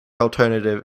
alternative